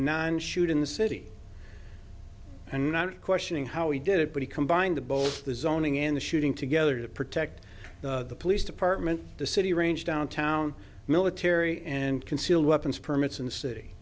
nine shoot in the city and not questioning how he did it but he combined the both the zoning in the shooting together to protect the police department the city range downtown military and concealed weapons permits in the city